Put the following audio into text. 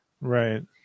Right